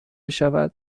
شود